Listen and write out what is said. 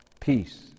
peace